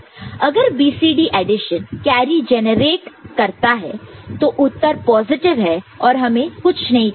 अगर BCD addition carry generate करता है तो उत्तर पॉजिटिव है और हमें कुछ नहीं करना है